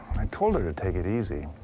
i told her to take it easy.